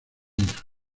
hija